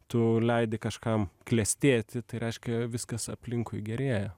tu leidi kažkam klestėti tai reiškia viskas aplinkui gerėja